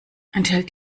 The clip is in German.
enthält